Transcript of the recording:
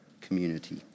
community